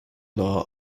law